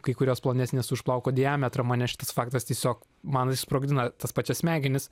kai kurios plonesnės už plauko diametrą mane šitas faktas tiesiog man išsprogdino tas pačias smegenis